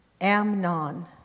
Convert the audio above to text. Amnon